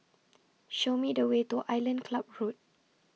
Show Me The Way to Island Club Road